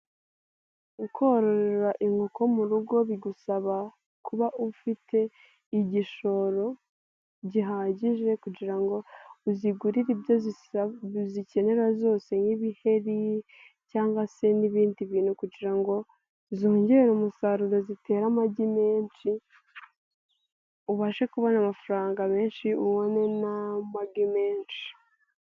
Kororera inkoko mu rugo bigusaba kuba ufite igishoro gihagije kugira ngo uzigurire ibyozi bizikenera zose nk'ibiheri cyangwa se n'ibindi bintu kugira ngo zongere umusaruro, zitere amagi menshi ubashe kubona amafaranga menshi, ubone n'amagi menshi.